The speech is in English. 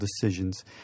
decisions